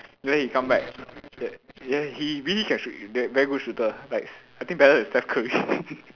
then he come back then he really can shoot v~ very good shooter like I think better than Steph Curry